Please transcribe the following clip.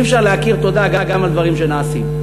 אי-אפשר להכיר תודה גם על דברים שנעשים.